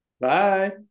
Bye